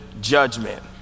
judgment